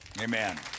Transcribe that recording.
Amen